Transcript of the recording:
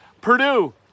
Purdue